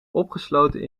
opgesloten